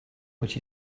which